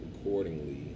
accordingly